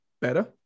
better